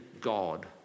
God